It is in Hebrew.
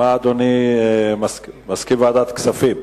אדוני מסכים לוועדת כספים?